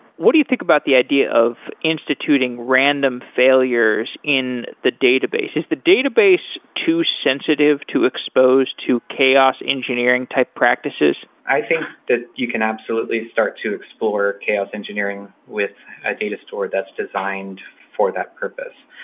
what do you think about the idea of instituting random failures in the database? is the database too sensitive? too exposed? too chaos engineering type practices? i think that you can absolutely start to explore chaos engineering with a data store that's designed for that purpose.